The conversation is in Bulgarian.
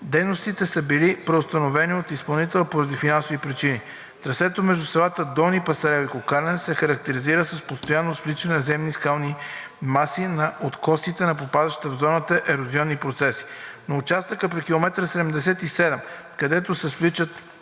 Дейностите са били преустановени от изпълнителя поради финансови причини. Трасето между селата Долни Пасарел и Кокаляне се характеризира с постоянно свличане на земни скални маси на откосите на попадащите в зоната ерозионни процеси. На участъка при км 77, където се свличат